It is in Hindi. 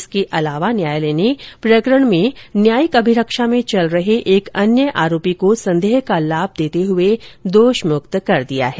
इसके अलावा अदालत ने प्रकरण में न्यायिक अभिरक्षा में चल रहे एक अन्य आरोपी को संदेह का लाभ देते हुए दोषमुक्त कर दिया है